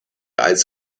als